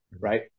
right